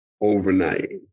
overnight